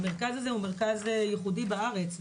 המרכז הזה הוא מרכז ייחודי בארץ,